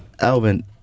Alvin